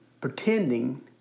pretending